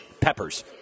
peppers